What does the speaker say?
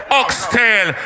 oxtail